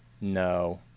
No